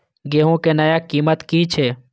गेहूं के नया कीमत की छे?